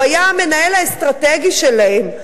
הוא היה המנהל האסטרטגי שלהם.